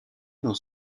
dans